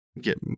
get